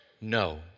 no